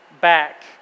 back